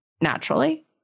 naturally